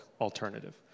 alternative